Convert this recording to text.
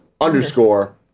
underscore